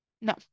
No